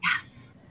yes